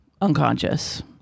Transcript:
unconscious